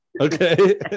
okay